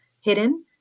hidden